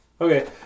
Okay